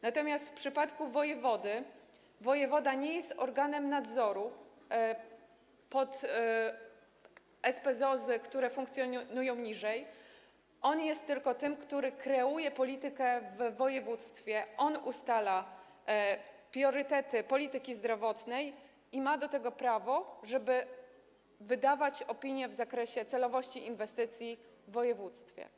Natomiast jeśli chodzi o wojewodę, wojewoda nie jest organem nadzoru, chodzi o SPZOZ-y, które funkcjonują niżej, on jest tylko tym, który kreuje politykę w województwie, on ustala priorytety polityki zdrowotnej i ma do tego prawo, żeby wydawać opinie w zakresie celowości inwestycji w województwie.